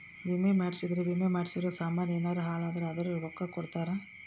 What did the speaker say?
ವಿಮೆ ಮಾಡ್ಸಿದ್ರ ವಿಮೆ ಮಾಡ್ಸಿರೋ ಸಾಮನ್ ಯೆನರ ಹಾಳಾದ್ರೆ ಅದುರ್ ರೊಕ್ಕ ಕೊಡ್ತಾರ